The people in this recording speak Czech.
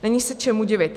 Není se čemu divit.